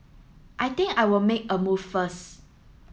I think I will make a move first